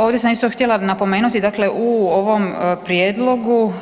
Ovdje sam isto htjela napomenuti, dakle u ovom prijedlogu